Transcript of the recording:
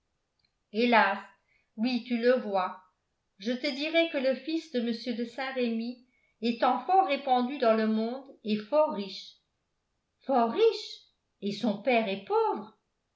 hélas oui tu le vois je te dirai que le fils de m de saint-remy étant fort répandu dans le monde et fort riche fort riche et son père est pauvre